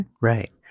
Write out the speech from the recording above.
right